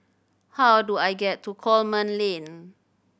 how do I get to Coleman Lane